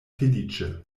feliĉe